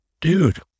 dude